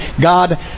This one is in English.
God